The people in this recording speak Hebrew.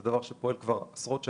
זה דבר שפועל עשרות שנים,